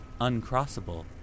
uncrossable